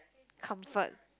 comfort